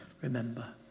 remember